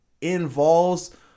involves